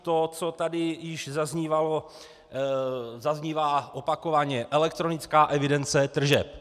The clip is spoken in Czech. To, co tady již zaznívá opakovaně elektronická evidence tržeb.